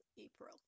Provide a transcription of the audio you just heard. april